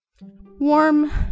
warm